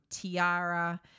tiara